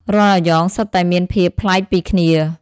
រាល់អាយ៉ងសុទ្ធតែមានភាពប្លែកពីគ្នា។